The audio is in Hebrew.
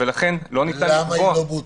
לכן לא ניתן לקבוע.